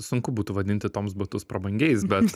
sunku būtų vadinti toms batus prabangiais bet